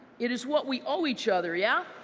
it is what we owe each other. yeah?